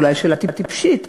אולי שאלה טיפשית,